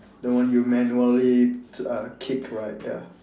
the one you manually t~ uh kick right ya